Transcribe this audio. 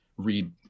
read